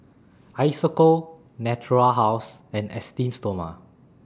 Isocal Natura House and Esteem Stoma